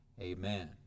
amen